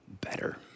better